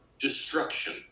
destruction